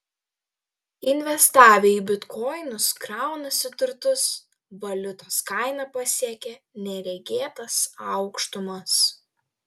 investavę į bitkoinus kraunasi turtus valiutos kaina pasiekė neregėtas aukštumas